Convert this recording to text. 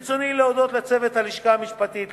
ברצוני להודות לצוות הלשכה המשפטית,